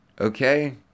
Okay